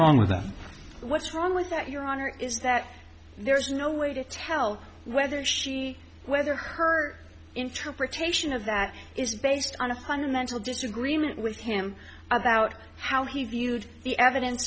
is that there is no way to tell whether whether her interpretation of that is based on a fundamental disagreement with him about how he viewed the evidence